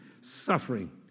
suffering